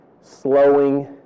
slowing